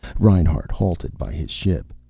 reinhart halted by his ship.